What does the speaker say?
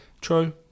true